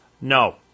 No